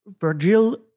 Virgil